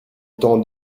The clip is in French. temps